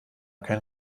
kein